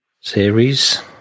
series